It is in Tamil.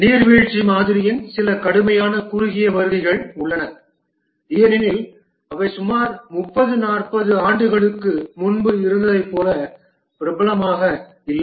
நீர்வீழ்ச்சி மாதிரியின் சில கடுமையான குறுகிய வருகைகள் உள்ளன ஏனெனில் அவை சுமார் 30 40 ஆண்டுகளுக்கு முன்பு இருந்ததைப் போல பிரபலமாக இல்லை